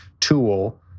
tool